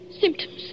Symptoms